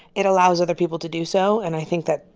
it allows other people to do so. and i think that,